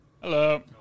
Hello